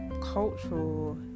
cultural